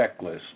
checklist